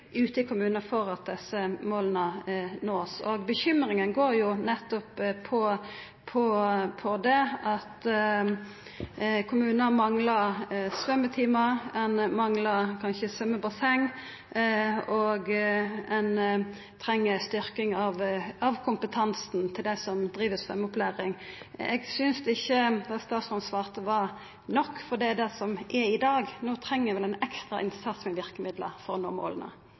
ute i kommunane for at ein skal kunna nå desse måla. Bekymringa går nettopp på det at kommunar manglar svømmetimar, ein har ikkje svømmebasseng, og ein treng ei styrking av kompetansen til dei som driv svømmeopplæring. Eg synest ikkje det statsråden svarte, var nok, for slik som det er i dag, treng ein vel ein ekstra innsats med verkemiddel for å nå måla.